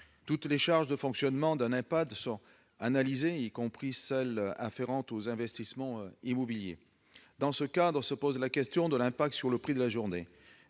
Toutes les charges de fonctionnement d'un Ehpad sont analysées, y compris celles afférentes aux investissements immobiliers. Dans ce cadre se pose la question de l'impact d'investissements